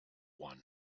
one